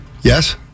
Yes